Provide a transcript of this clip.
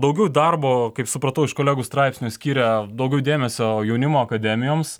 daugiau darbo kaip supratau iš kolegų straipsnių skiria daugiau dėmesio jaunimo akademijoms